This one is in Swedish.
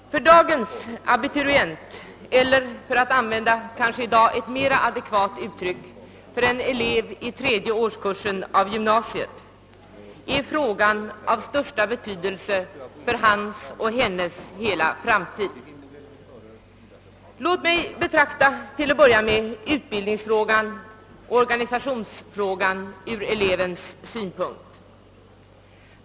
För dagens abiturient eller — för att använda ett i dag kanske mera adekvat uttryck — för en elev i tredje årskursen av gymnasiet är frågan av största betydelse för hans eller hennes hela framtid. Låt mig till att börja med betrakta utbildningsoch organisationsfrågan ur elevens synpunkt!